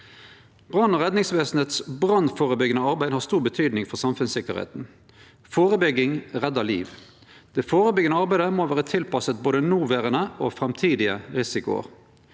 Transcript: Brann- og redningsvesenets brannførebyggjande arbeid har stor betydning for samfunnssikkerheita. Førebygging reddar liv. Det førebyggjande arbeidet må vere tilpassa både noverande og framtidige risikoar.